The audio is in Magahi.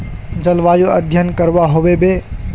जलवायु अध्यन करवा होबे बे?